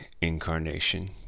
incarnation